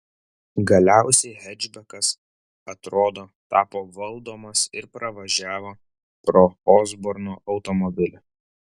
galiausiai hečbekas atrodo tapo valdomas ir pravažiavo pro osborno automobilį